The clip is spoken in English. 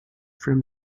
from